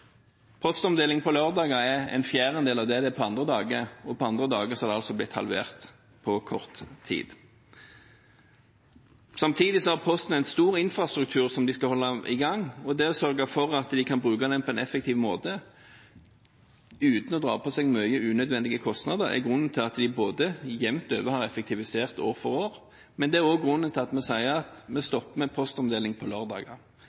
Postomdeling på lørdager er en fjerdedel av det som er på andre dager, og andre dager er det altså blitt halvert – på kort tid. Samtidig har Posten en stor infrastruktur som de skal holde i gang. Det å sørge for at de kan bruke den på en effektiv måte, uten å pådra seg mye unødvendige kostnader, er grunnen til at de jevnt over har effektivisert år for år. Det er også grunnen til at en slutter med postomdeling på